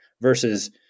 Versus